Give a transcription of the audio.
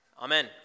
Amen